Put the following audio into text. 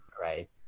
right